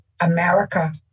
America